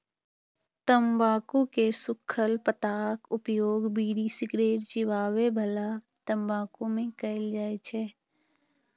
तंबाकू के सूखल पत्ताक उपयोग बीड़ी, सिगरेट, चिबाबै बला तंबाकू मे कैल जाइ छै